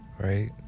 right